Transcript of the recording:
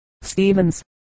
Stevens